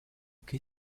che